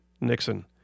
Nixon